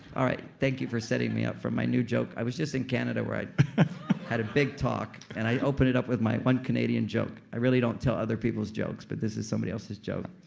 all right. thank you for setting me up for my new joke. i was just in canada where i had a big talk and i open it up with my one canadian joke. i really don't tell other people's jokes, but this is somebody else's joke.